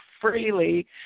freely